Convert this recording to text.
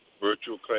virtual